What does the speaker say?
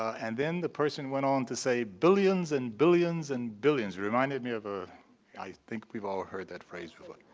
and then the person went on to say billions and billions and billions. reminded me of ah i think we all heard that phrase before.